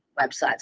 website's